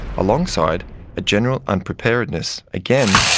alongside a general unpreparedness, again,